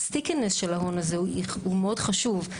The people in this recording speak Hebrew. ה-stickiness של ההון הזה הוא מאוד חשוב.